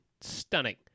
stunning